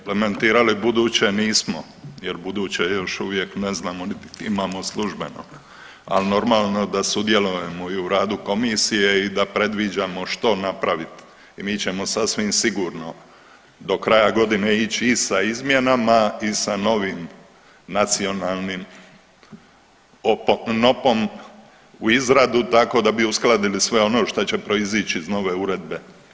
Implementirali buduće nismo jer buduće još uvijek ne znamo nit imamo službeno, al normalno da sudjelujemo i u radu komisije i da predviđamo što napravit i mi ćemo sasvim sigurno do kraja godine ići i sa izmjenama i sa novim … u izradu tako da bi uskladili sve ono što će proizići iz nove uredbe.